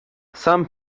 some